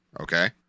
Okay